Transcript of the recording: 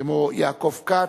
כמו יעקב כץ,